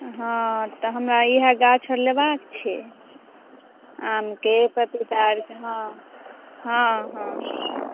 हँ तऽ हमरा इहए गाछ आर लेबाक छै आमके पपीता आरके हँ हँ हँ